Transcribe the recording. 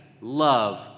Love